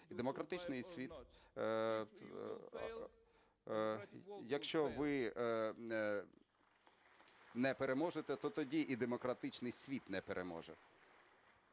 демократичний світ. Якщо ви не переможете, то тоді і демократичний світ не переможе.